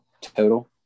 total